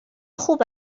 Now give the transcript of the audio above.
خوب